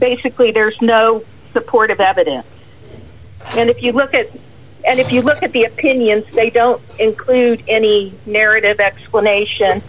basically there's no supportive evidence and if you look at it and if you look at the opinions they don't include any narrative explanation